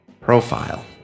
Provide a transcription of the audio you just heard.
profile